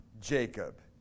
Jacob